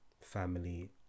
family